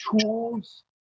tools